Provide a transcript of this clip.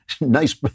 Nice